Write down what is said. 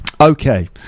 okay